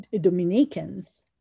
Dominicans